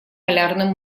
полярным